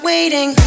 Waiting